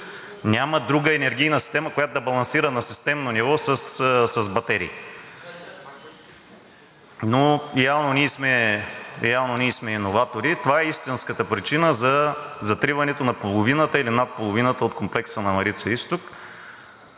Няма друга енергийна система, която да балансира на системно ниво с батерии, но явно ние сме иноватори. Това е истинската причина за затриването на половината или над половината от комплекса на „Марица изток“.